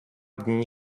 dní